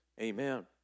Amen